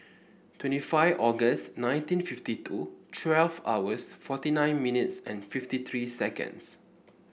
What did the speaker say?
twenty five August nineteen fifty two twelve hours forty nine minutes and fifty three seconds